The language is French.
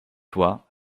toi